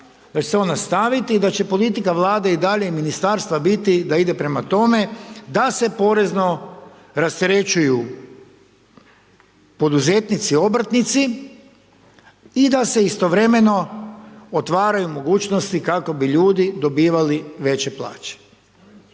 da će se on nastaviti, da će politika Vlade i dalje i Ministarstva biti da ide prema tome da se porezno rasterećuju poduzetnici, obrtnici i da se istovremeno otvaraju mogućnosti kako bi ljudi dobivali veće plaće.